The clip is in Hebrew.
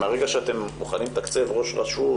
מרגע שאתם מוכנים לתקצב ראש רשות,